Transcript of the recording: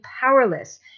powerless